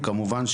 כמובן,